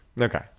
Okay